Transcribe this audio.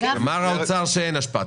האוצר אמר שאין השפעה.